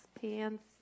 pants